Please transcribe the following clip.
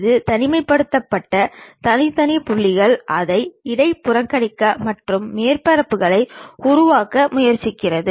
இது தனிமைப்படுத்தப்பட்ட தனித்தனி புள்ளிகள் அதை இடைக்கணிக்க மற்றும் மேற்பரப்புகளை உருவாக்க முயற்சிக்கிறது